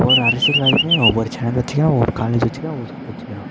ஒரு அரசியல்வாதியுமே ஒவ்வொரு சேனல் வச்சுக்கிறான் ஒரு காலேஜ் வச்சுக்கிறான் ஒரு ஸ்கூல் வச்சுக்கிறான்